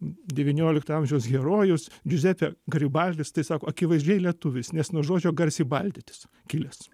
devyniolikto amžiaus herojus džiuzepė garibaldis tai sako akivaizdžiai lietuvis nes nuo žodžio garsiai baldytis kilęs